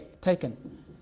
taken